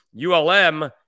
ULM